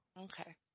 Okay